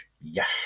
Yes